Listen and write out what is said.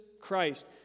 Christ